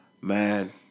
man